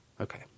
okay